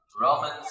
Romans